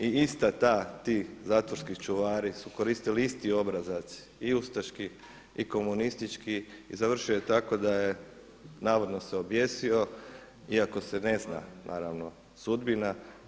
I isti ti zatvorski čuvari su koristili isti obrazac i ustaški i komunistički i završio je tako da se navodno objesio, iako se ne zna naravno sudbina.